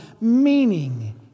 meaning